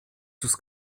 sus